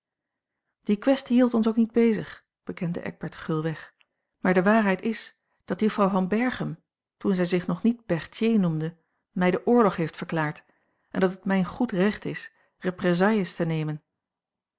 die kwestie hield ons ook niet bezig bekende eckbert gulweg maar de waarheid is dat juffrouw van berchem toen zij zich nog niet berthier noemde mij den oorlog heeft verklaard en dat het mijn goed recht is représailles te nemen